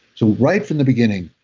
so, right from the beginning,